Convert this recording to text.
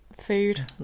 food